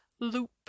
loop